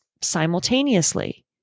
simultaneously